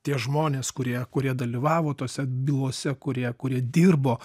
tie žmonės kurie kurie dalyvavo tose bylose kurie kurie dirbo